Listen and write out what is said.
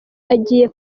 agiye